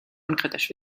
unkritisch